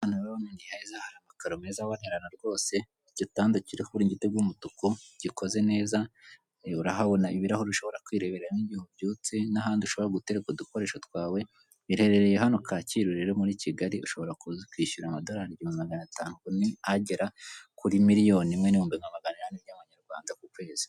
Hano rero ni heza hari amakaro meza abonerana rwose, igitanda kiri ku uburingiti bw'umutuku gikoze neza, urahabona ibirahure ushobora kwireberamo igihe ubyutse n'ahandi ushobora gutereka udukoresho twawe, iherereye hano Kacyiru rero muri Kigali ushobora ukaza ukishyura amadorali magana atanu ubwo ni agera kuri miliyoni imwe n'ibihumbi nka magana inani by'amanyarwanda ku kwezi.